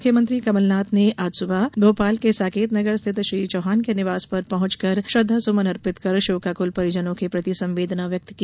मुख्यमंत्री कमलनाथ ने आज सुबह भोपाल के साकेत नगर स्थित श्री चौहान के निवास पर पहुंचकर श्रद्वासुमन अर्पित कर शोकाकुल परिजनों के प्रति संवेदना व्यक्त की